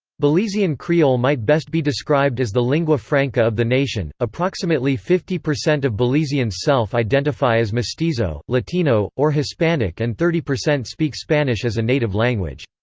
belizean creole might best be described as the lingua franca of the nation approximately fifty percent of belizeans self-identify as mestizo, latino, or hispanic and thirty percent speak spanish as a native language.